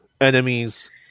enemies